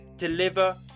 deliver